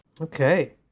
Okay